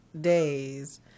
days